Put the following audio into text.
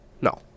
no